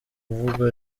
kuvuga